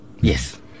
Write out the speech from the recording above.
Yes